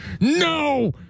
No